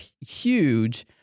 huge